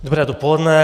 Dobré dopoledne.